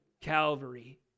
Calvary